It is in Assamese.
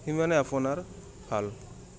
সিমানে আপোনাৰ ভাল